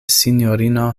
sinjorino